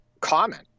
comment